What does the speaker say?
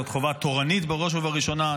בראש ובראשונה,